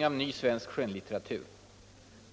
inköp av ny svensk skönlitteratur.